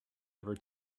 ever